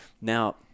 Now